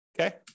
okay